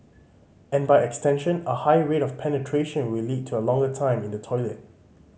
and by extension a higher rate of penetration will lead to a longer time in the toilet